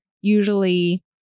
usually